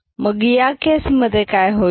मग या केस मधे काय होईल